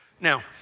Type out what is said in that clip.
Now